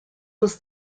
was